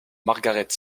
margaret